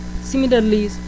Similarly